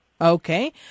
Okay